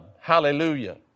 Hallelujah